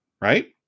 right